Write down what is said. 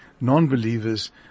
non-believers